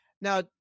Now